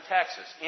Texas